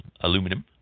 aluminum